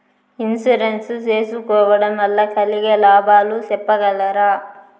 Insurance సేసుకోవడం వల్ల కలిగే లాభాలు సెప్పగలరా?